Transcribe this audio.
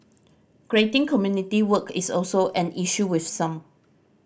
grading community work is also an issue with some